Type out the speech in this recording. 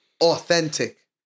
authentic